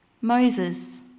Moses